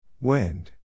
Wind